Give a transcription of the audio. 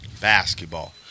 Basketball